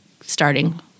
starting